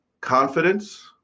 confidence